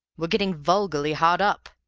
we're getting vulgarly hard up